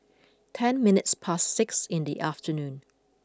ten minutes past six in the afternoon